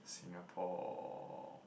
Singapore